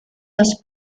los